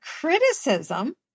criticism